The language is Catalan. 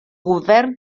govern